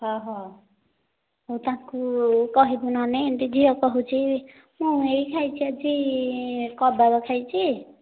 ହଉ ତାଙ୍କୁ କହିବୁ ନହେଲେ ଏମିତି ଝିଅ କହୁଛି ମୁଁ ଏଇ ଖାଇଛି ଆଜି କବାବ ଖାଇଛି